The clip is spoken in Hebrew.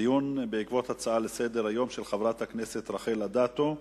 דיון בעקבות הצעה לסדר-היום של חברת הכנסת רחל אדטו.